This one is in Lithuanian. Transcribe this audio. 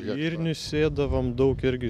žirnius sėdavom daug irgi